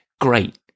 Great